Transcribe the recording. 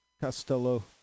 Costello